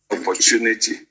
opportunity